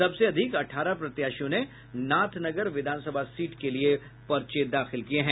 सबसे अधिक अठारह प्रत्याशियों ने नाथनगर विधानसभा सीट के लिए पर्चे दाखिल किये हैं